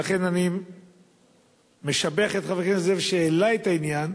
לכן אני משבח את חבר הכנסת זאב שהעלה את העניין,